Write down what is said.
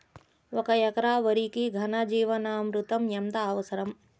ఒక ఎకరా వరికి ఘన జీవామృతం ఎంత అవసరం?